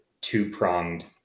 two-pronged